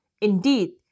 Indeed